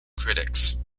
critics